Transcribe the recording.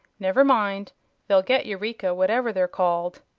never mind they'll get eureka, whatever they're called.